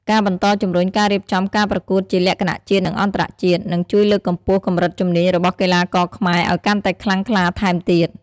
ការបន្តជំរុញការរៀបចំការប្រកួតជាលក្ខណៈជាតិ និងអន្តរជាតិ នឹងជួយលើកកម្ពស់កម្រិតជំនាញរបស់កីឡាករខ្មែរឱ្យកាន់តែខ្លាំងក្លាថែមទៀត។